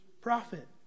Prophet